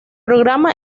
programa